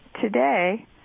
today